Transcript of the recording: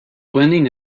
blending